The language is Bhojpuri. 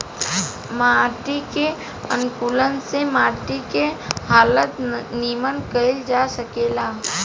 माटी के अनुकूलक से माटी के हालत निमन कईल जा सकेता